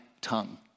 tongue